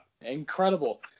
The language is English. Incredible